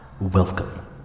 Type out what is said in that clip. Welcome